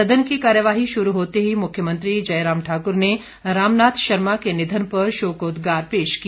सदन की कार्यवाही शुरू होते ही मुख्यमंत्री जयराम ठाक्र ने रामनाथ शर्मा के निधन पर शोकोदगार पेश किया